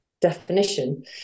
definition